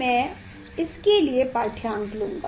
मैं अब इसके लिए पाठ्यांक लूँगा